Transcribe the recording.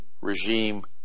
regime